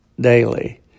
daily